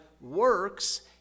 works